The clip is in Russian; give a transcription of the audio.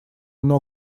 оно